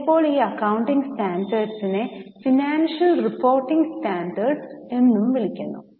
ചിലപ്പോൾ ഈ അക്കൌണ്ടിംഗ് സ്റ്റാൻഡേർഡ്സിനെ ഫിനാൻഷ്യൽ റിപ്പോർട്ടിങ് സ്റ്റാൻഡേർഡ്സ് എന്നും വിളിക്കുന്നു